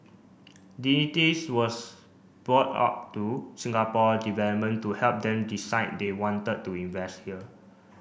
was brought up to Singapore development to help them decide they wanted to invest here